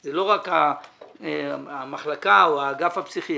שזה לא רק המחלקה או האגף הפסיכיאטרי